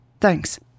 Thanks